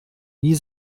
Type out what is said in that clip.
nie